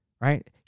right